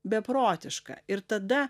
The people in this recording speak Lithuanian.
beprotišką ir tada